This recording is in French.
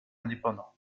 indépendants